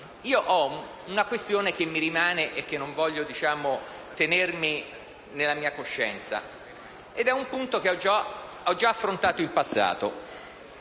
ho una questione che non voglio tenermi nella mia coscienza, ed è un punto che ho già affrontato in passato.